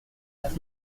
has